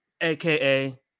AKA